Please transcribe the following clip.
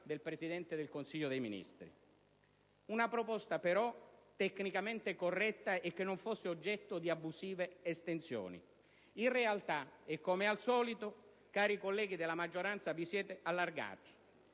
del Presidente del Consiglio dei ministri; una proposta tecnicamente corretta e che non fosse oggetto di abusive estensioni. In realtà, e come al solito, cari colleghi della maggioranza, vi siete allargati,